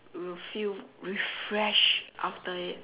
you will feel refreshed after it